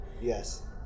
Yes